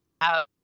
out